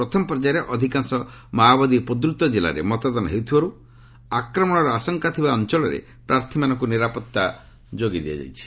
ପ୍ରଥମ ପର୍ଯ୍ୟାୟରେ ଅଧିକାଂଶ ମାଓବାଦୀ ଉପଦ୍ରତ କିଲ୍ଲାରେ ମତଦାନ ହେଉଥିବାରୁ ଆକ୍ରମଣର ଆଶଙ୍କା ଥିବା ଅଞ୍ଚଳରେ ପ୍ରାର୍ଥୀମାନଙ୍କୁ ନିରାପତ୍ତା ଯୋଗାଇ ଦିଆଯାଇଛି